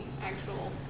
actual